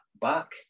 back